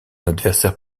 adversaire